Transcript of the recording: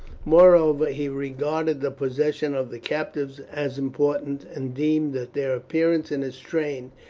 moreover, he regarded the possession of the captives as important, and deemed that their appearance in his train,